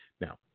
Now